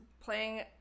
playing